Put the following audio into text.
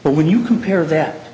but when you compare that